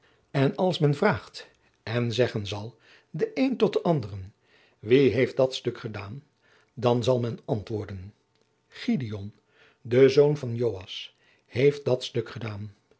en als men vraagt en zeggen zal de een tot den anderen wie heeft dat stuk gedaan dan zal men antwoorden gideon de zoon van joas heeft dat stuk gedaan